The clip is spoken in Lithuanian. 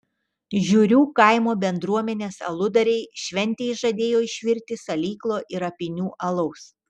žiurių kaimo bendruomenės aludariai šventei žadėjo išvirti salyklo ir apynių alaus